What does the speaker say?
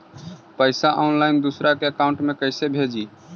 पैसा ऑनलाइन दूसरा के अकाउंट में कैसे भेजी?